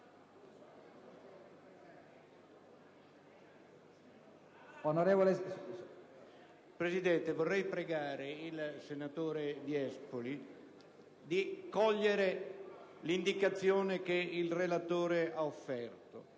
Presidente, vorrei pregare il senatore Viespoli di cogliere l'indicazione che il relatore ha offerto,